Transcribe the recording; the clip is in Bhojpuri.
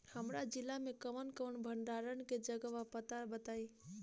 हमरा जिला मे कवन कवन भंडारन के जगहबा पता बताईं?